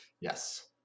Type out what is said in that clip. Yes